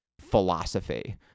philosophy